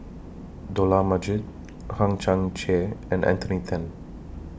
Dollah Majid Hang Chang Chieh and Anthony Then